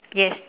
yes